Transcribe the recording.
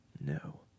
No